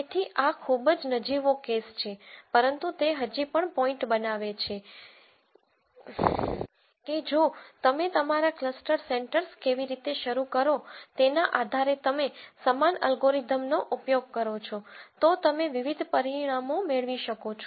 તેથી આ ખૂબ જનજીવો કેસ છે પરંતુ તે હજી પણ પોઈન્ટ બનાવે છે કે જો તમે તમારા ક્લસ્ટર સેન્ટર્સ કેવી રીતે શરૂ કરો તેના આધારે તમે સમાન અલ્ગોરિધમનો ઉપયોગ કરો છો તો તમે વિવિધ પરિણામો મેળવી શકો છો